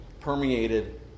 permeated